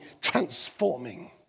transforming